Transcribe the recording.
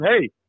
hey